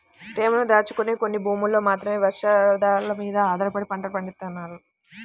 తేమను దాచుకునే కొన్ని భూముల్లో మాత్రమే వర్షాలమీద ఆధారపడి పంటలు పండిత్తన్నారు